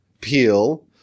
peel